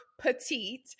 petite